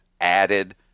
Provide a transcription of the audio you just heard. added